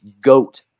goat